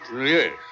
Yes